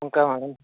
ఇంకా